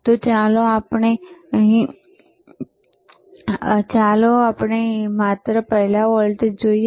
તો ચાલો પહેલા માત્ર વોલ્ટેજ જોઈએ